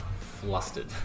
Flustered